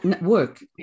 Work